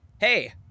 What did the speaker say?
Hey